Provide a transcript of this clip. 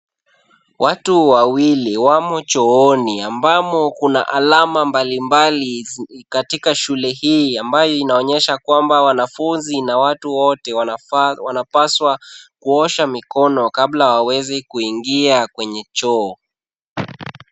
Watu wawili wamo chooni ambamo kuna alama mbali mbali katika shule hii, ambayo inaonyesha kwamba wanafunzi na watu wote wanapaswa kuosha mikono kabla waweze kuingia kwenye choo.